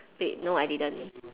wait no I didn't